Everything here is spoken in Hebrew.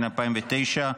התש"ע 2009,